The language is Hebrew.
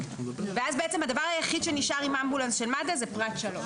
ואז בעצם הדבר היחיד שנשאר עם אמבולנס של מד"א זה פרט 3,